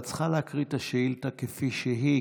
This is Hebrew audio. את צריכה להקריא את השאילתה כפי שהיא,